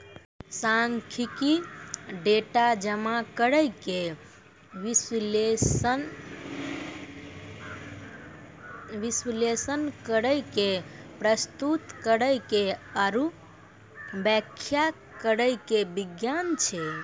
सांख्यिकी, डेटा जमा करै के, विश्लेषण करै के, प्रस्तुत करै के आरु व्याख्या करै के विज्ञान छै